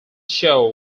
show